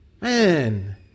man